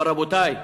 אבל, רבותי,